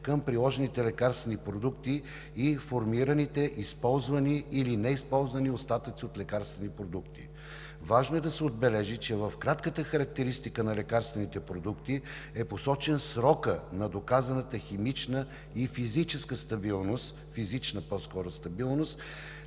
към приложените лекарствени продукти и формираните, използвани или неизползвани остатъци от лекарствени продукти. Важно е да се отбележи, че в кратката характеристика на лекарствените продукти е посочен срокът на доказаната химична и физична стабилност на лекарствените